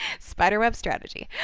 spiderweb strategy.